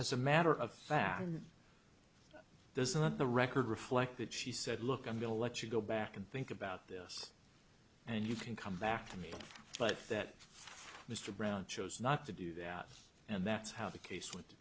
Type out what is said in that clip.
as a matter of fact there's not the record reflect that she said look i'm going to let you go back and think about this and you can come back to me but that mr brown chose not to do that and that's how the case went to